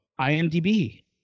imdb